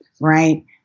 Right